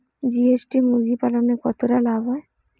GST মুরগি পালনে কতটা লাভ হয়?